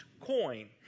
coin